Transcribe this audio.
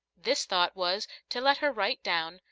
this thought was, to let her write down,